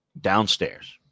Downstairs